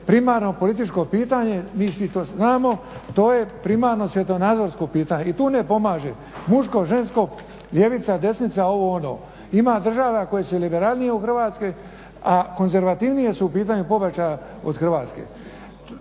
primarno političko pitanje mi svi to znamo, to je primarno svjetonazorsko pitanje. I tu ne pomaže muško, žensko, ljevica, desnica, ovo, ono. Ima država koje su liberalnije od Hrvatske, a konzervativnije su u pitanju pobačaja od Hrvatske.